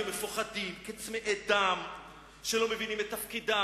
כמפוחדים, כצמאי דם שלא מבינים את תפקידם.